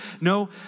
No